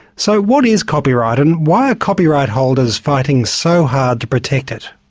so what is copyright, and why are copyright holders fighting so hard to protect it?